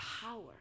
power